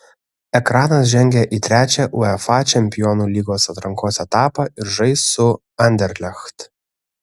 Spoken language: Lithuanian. ekranas žengė į trečią uefa čempionų lygos atrankos etapą ir žais su anderlecht